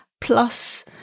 plus